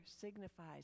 signifies